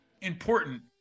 important